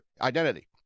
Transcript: identity